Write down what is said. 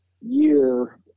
year